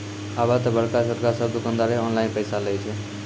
आबे त बड़का छोटका सब दुकानदारें ऑनलाइन पैसा लय छै